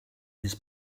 his